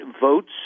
votes